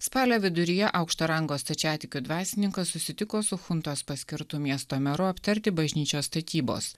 spalio viduryje aukšto rango stačiatikių dvasininkas susitiko su chuntos paskirtu miesto meru aptarti bažnyčios statybos